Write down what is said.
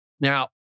now